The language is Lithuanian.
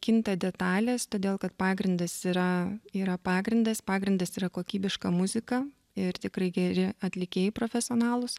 kinta detalės todėl kad pagrindas yra yra pagrindas pagrindas yra kokybiška muzika ir tikrai geri atlikėjai profesionalūs